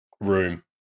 room